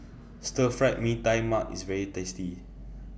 Stir Fry Mee Tai Mak IS very tasty